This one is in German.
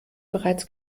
bereits